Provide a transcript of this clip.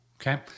Okay